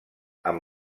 amb